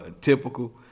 typical